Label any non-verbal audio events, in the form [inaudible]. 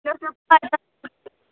[unintelligible]